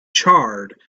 charred